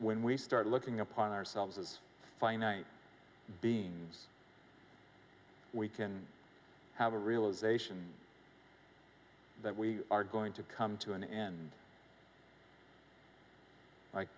when we start looking upon ourselves as finite beings we can have a realisation that we are going to come to an end